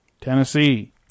Tennessee